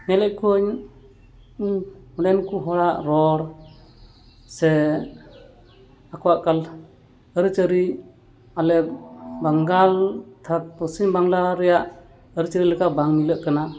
ᱧᱮᱞᱮᱫ ᱠᱚᱣᱟᱹᱧ ᱚᱰᱮᱱ ᱠᱚ ᱦᱚᱲᱟᱜ ᱨᱚᱲ ᱥᱮ ᱟᱠᱚᱣᱟᱜ ᱠᱟᱞ ᱟᱹᱨᱤ ᱪᱟᱹᱞᱤ ᱟᱞᱮ ᱵᱟᱝᱜᱟᱞ ᱚᱨᱛᱷᱟᱛ ᱯᱚᱥᱪᱤᱢ ᱵᱟᱝᱞᱟ ᱨᱮᱭᱟᱜ ᱟᱹᱨᱤ ᱪᱟᱹᱞᱤ ᱞᱮᱠᱟ ᱵᱟᱝ ᱢᱤᱞᱟᱹᱜ ᱠᱟᱱᱟ